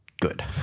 good